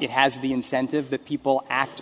it has the incentive that people act